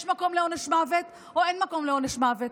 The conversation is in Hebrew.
מקום לעונש מוות או אין מקום לעונש מוות?